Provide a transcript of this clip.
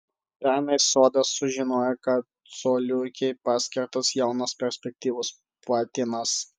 pernai sodas sužinojo kad coliukei paskirtas jaunas perspektyvus patinas